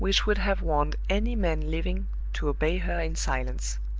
which would have warned any man living to obey her in silence.